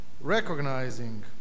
Recognizing